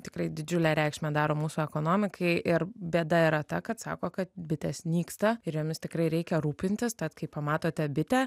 tikrai didžiulę reikšmę daro mūsų ekonomikai ir bėda yra ta kad sako kad bitės nyksta ir jomis tikrai reikia rūpintis tad kai pamatote bitę